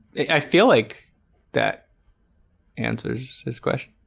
i feel like that answers this question.